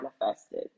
manifested